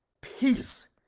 peace